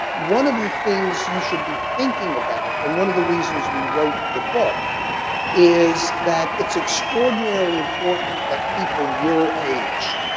one of the things you should be thinking about and one of the reasons we wrote the book is that it's extraordinarily important that people your age,